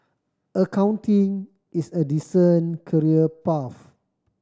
accounting is a decent career path